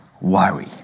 worry